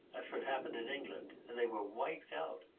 that's what happened in england. and they were wiped out.